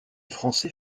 français